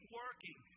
working